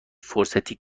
فرصتی